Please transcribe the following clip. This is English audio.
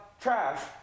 trash